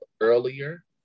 earlier